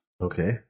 Okay